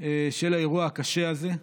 של האירוע הקשה הזה.